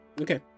Okay